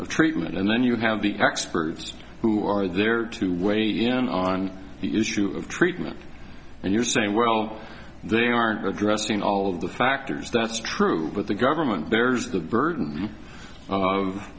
and treatment and then you have the experts who are there to weigh in on the issue of treatment and you're saying well they aren't addressing all of the factors that's true but the government bears the burden of